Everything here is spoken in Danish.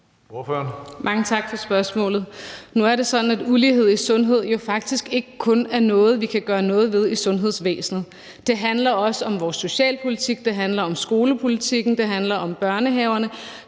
Mange tak for spørgsmålet. Nu er det sådan, at ulighed i sundhed jo faktisk ikke kun er noget, vi kan gøre noget ved i sundhedsvæsenet. Det handler også om vores socialpolitik, det handler om skolepolitikken, og det handler om børnehaverne.